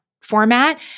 format